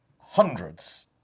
hundreds